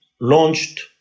launched